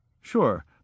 Sure